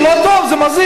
זה לא טוב, זה מזיק.